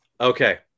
Okay